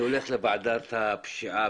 אני הולך לוועדת הפשיעה,